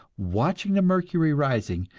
watching the mercury rising,